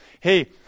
hey